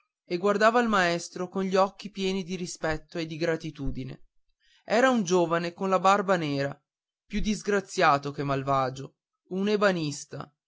e guardava il maestro con gli occhi pieni di rispetto e di gratitudine era un giovane con la barba nera più disgraziato che malvagio un ebanista